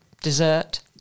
Dessert